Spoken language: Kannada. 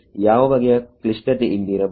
ಯಾವ ಬಗೆಯ ಕ್ಲಿಷ್ಟತೆ ಇಲ್ಲಿ ಇರಬಹುದು